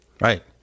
Right